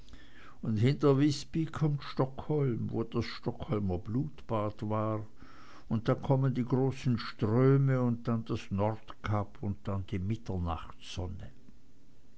und hinter wisby kommt stockholm wo das stockholmer blutbad war und dann kommen die großen ströme und dann das nordkap und dann die